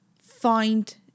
find